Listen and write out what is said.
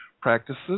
practices